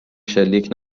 شلیک